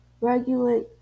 regulate